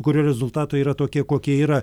kurio rezultatai yra tokie kokie yra